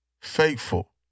faithful